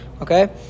Okay